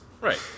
Right